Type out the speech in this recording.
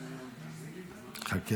בחיוב, בחיוב.